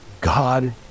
God